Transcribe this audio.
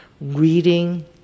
reading